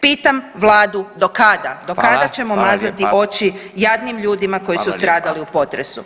Pitam vladu do kada? [[Upadica: Hvala, hvala lijepa.]] Do kada ćemo mazati oči jadnim ljudima koji su stradali u potresu.